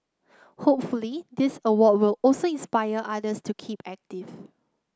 hopefully this award will also inspire others to keep active